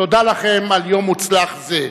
תודה לכם על יום מוצלח זה.